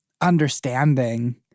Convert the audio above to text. understanding